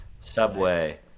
Subway